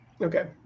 Okay